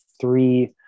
three